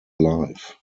life